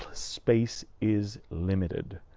space is limited.